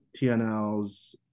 TNLs